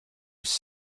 was